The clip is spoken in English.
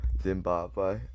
Zimbabwe